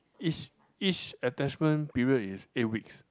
each each attachment period is eight weeks